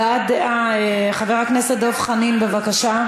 הבעת דעה, חבר הכנסת דב חנין, בבקשה.